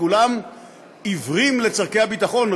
כולם עיוורים לצורכי הביטחון,